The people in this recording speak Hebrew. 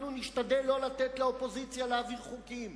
אנחנו נשתדל לא לתת לאופוזיציה להעביר חוקים.